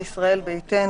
של ישראל ביתנו,